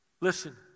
Listen